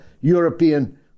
European